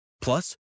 Plus